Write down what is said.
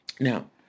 Now